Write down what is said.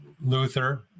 Luther